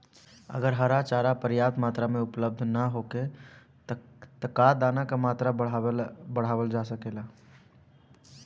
अगर हरा चारा पर्याप्त मात्रा में उपलब्ध ना होखे त का दाना क मात्रा बढ़ावल जा सकेला?